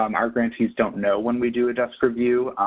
um our grantees don't know when we do a desk review.